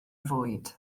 fwyd